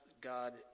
God